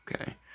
okay